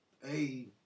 Hey